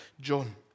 John